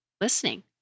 listening